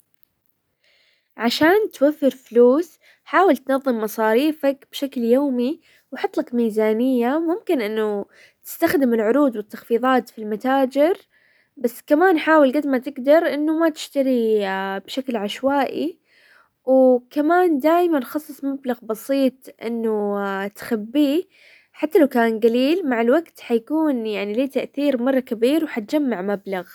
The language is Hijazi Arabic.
عشان توفر فلوس حاول تنظم مصاريفك بشكل يومي، وحط لك ميزانية. ممكن انه تستخدم العروض والتخفيضات في المتاجر بس كمان حاول قد ما تقدر انه ما تشتري بشكل عشوائي، وكمان دايما خصص مبلغ بسيط انه تخبيه، حتى لو كان قليل، مع الوقت حيكون يعني له تأثير مرة كبير وحتجمع مبلغ.